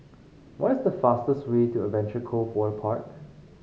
what is the fastest way to Adventure Cove Waterpark